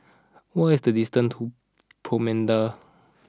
what is the distance to Promenade